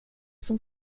som